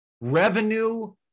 revenue